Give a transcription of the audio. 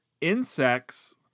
insects